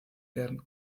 werden